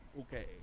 Okay